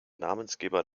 namensgeber